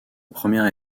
première